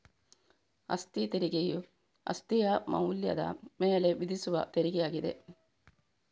ಅಸ್ತಿ ತೆರಿಗೆಯು ಅಸ್ತಿಯ ಮೌಲ್ಯದ ಮೇಲೆ ವಿಧಿಸುವ ತೆರಿಗೆ ಆಗಿದೆ